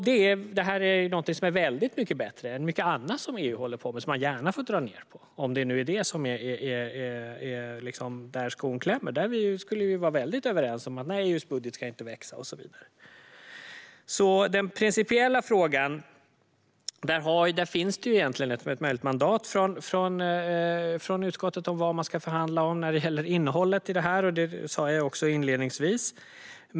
Detta är mycket bättre än mycket annat EU håller på med, som man gärna får dra ned på - om det är där skon klämmer. Vi är ju överens om att EU:s budget inte ska växa och så vidare. I den principiella frågan finns det ett mandat från utskottet om vad man ska förhandla om vad gäller innehållet i detta, vilket jag också sa inledningsvis.